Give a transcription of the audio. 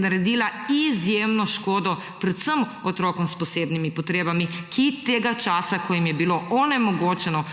naredila izjemno škodo predvsem otrokom s posebnimi potrebami, ki tega časa, ko jim je bilo onemogočeno